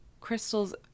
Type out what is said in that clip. crystals